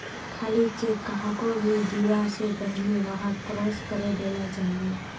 खाली चेक कहाको भी दीबा स पहले वहाक क्रॉस करे देना चाहिए